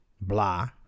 blah